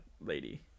lady